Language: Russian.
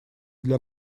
для